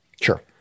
Sure